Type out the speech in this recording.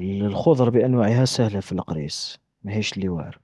الخضرة بأنواعها ساهلة في القريس مهيش اللي واعرة.